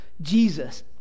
Jesus